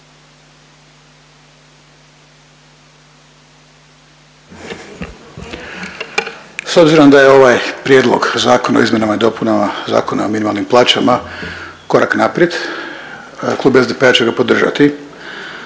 S obzirom da je ovaj Prijedlog zakona o izmjenama i dopunama Zakona o minimalnim plaćama korak naprijed, Klub SDP-a će ga podržati,